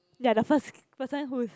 ya the first person whose